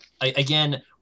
Again